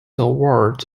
award